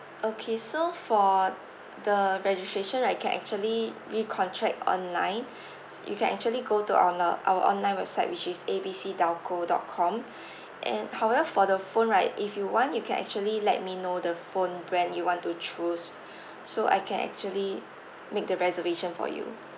okay so for the registration right actually recontract online you can actually go to our our online website which is A B C telco dot com and however for the phone right if you want you can actually let me know the phone brand you want to choose so I can actually make the reservation for you